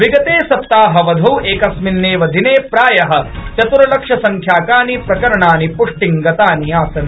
विगते सप्ताहावधौ एकस्मिन्नेव दिनेप्राय चत्र्लक्ष संख्याकानि प्रकरणानि प्ष्टिं गतानि आसन्